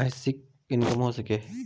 मासिक इनकम हो सके?